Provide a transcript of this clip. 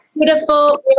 beautiful